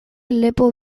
lepo